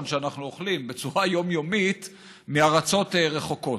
שאנחנו אוכלים בצורה יומיומית מארצות רחוקות.